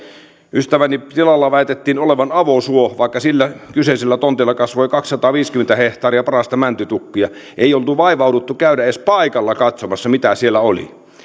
ystäväni tilalla väitettiin olevan avosuo vaikka sillä kyseisellä tontilla kasvoi kaksisataaviisikymmentä hehtaaria parasta mäntytukkia ei ollut vaivauduttu käymään edes paikalla katsomassa mitä siellä oli